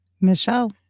Michelle